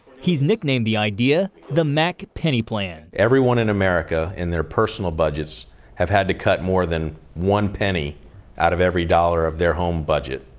he's nicknamed the idea, the mack penny plan. everyone in america in their personal budgets have had to cut more than one penny out of every dollar of their home budget.